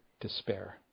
Despair